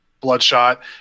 Bloodshot